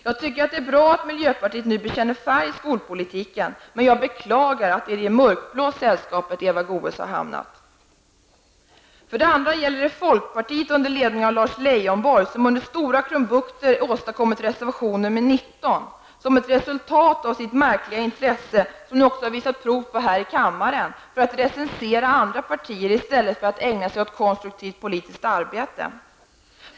Jag tycker att det är bra att miljöpartiet nu bekänner färg i skolpolitiken, men jag beklagar att det är i det mörkblåa sällskapet Eva Goe s har hamnat. För det andra gäller det folkpartiet under ledning av Lars Leijonborg som under stora krumbukter åstadkommit reservation nr 19, som ett resultat av sitt märkliga intresse -- som han också visat prov på här i kammaren -- för att recensera andra partier i stället för att ägna sig åt konstruktivt politiskt arbete.